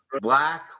black